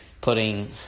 putting